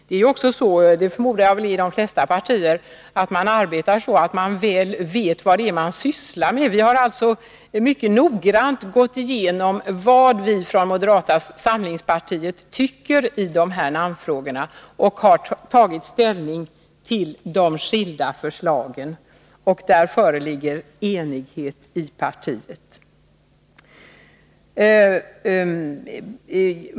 Jag förmodar att det är så i de flesta partier, att man arbetar så att man väl vet vad det är man sysslar med. Vi har alltså mycket noggrant gått igenom vad vi i moderata samlingspartiet tycker i namnfrågorna och tagit ställning till de skilda förslagen. Där föreligger enighet i partiet.